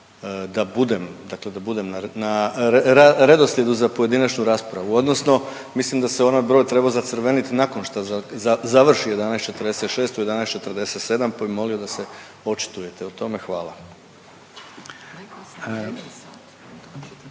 da budem na redoslijedu za pojedinačnu raspravu odnosno mislim da se onaj broj trebo zacrvenit nakon što završi 11,46 u 11,47 pa bi molio da se očitujete o tome. Hvala.